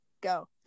go